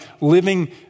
living